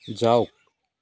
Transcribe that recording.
যাওক